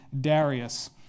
Darius